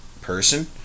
person